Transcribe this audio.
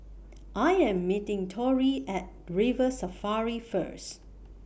I Am meeting Torrie At River Safari First